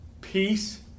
peace